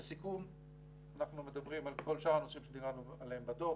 לסיכום אנחנו מדברים על כל שאר הנושאים שדיברנו עליהם בדוח